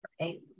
Right